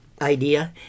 idea